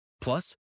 Plus